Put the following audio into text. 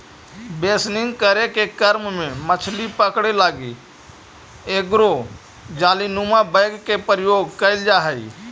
बेसनिंग करे के क्रम में मछली पकड़े लगी एगो जालीनुमा बैग के प्रयोग कैल जा हइ